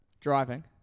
driving